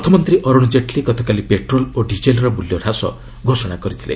ଅର୍ଥମନ୍ତ୍ରୀ ଅର୍ରଣ ଜେଟ୍ଲୀ ଗତକାଲି ପେଟ୍ରୋଲ୍ ଓ ଡିଜେଲ୍ର ମୂଲ୍ୟ ହ୍ରାସ ଘୋଷଣା କରିଛନ୍ତି